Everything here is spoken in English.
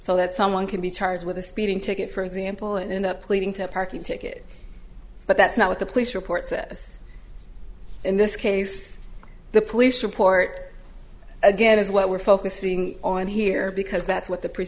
so that someone can be charged with a speeding ticket for example and end up pleading to a parking ticket but that's not what the police report says in this case the police report again is what we're focusing on here because that's what the pre